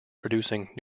producing